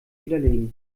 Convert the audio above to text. widerlegen